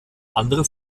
andere